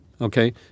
Okay